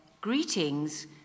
Greetings